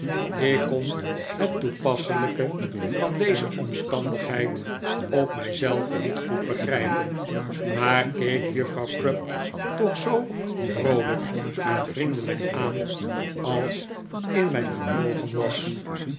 ik kon het toepasselijke van deze omstandigheid op mijzelf niet goed begrijpen maar keek juffrouw crupp toch zoo vroolijk en vriendelijk aan als in mijn vermogen was